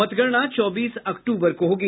मतगणना चौबीस अक्टूबर को होगी